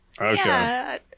Okay